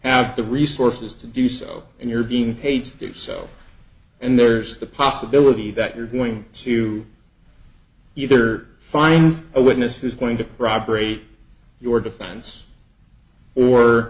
have the resources to do so and you're being paid to do so and there's the possibility that you're going to either find a witness who's going to robbery your defense or